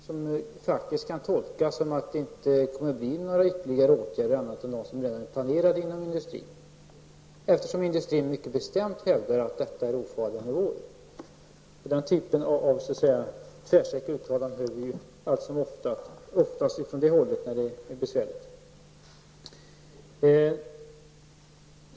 Man kan faktiskt göra tolkningen att det inte kommer att bli fråga om ytterligare åtgärder utöver vad som redan är planerat inom industrin. Från industrins sida hävdar man ju mycket bestämt att det rör sig ofarliga nivåer. Men den typen av tvärsäkra uttalanden hörs allt som oftast från det hållet när det är besvärligt.